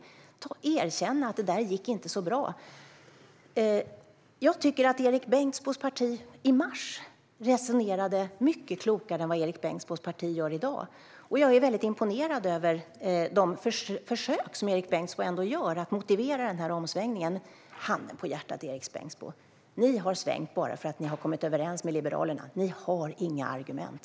Det gäller att erkänna: Det där gick inte så bra. Jag tycker att Erik Bengtzboes parti i mars resonerade mycket klokare än vad Erik Bengtzboes parti gör i dag. Jag är väldigt imponerad av de försök som Erik Bengtzboe ändå gör att motivera omsvängningen. Handen på hjärtat, Erik Bengtzboe! Ni har svängt bara för att ni kommit överens med Liberalerna. Ni har inga argument.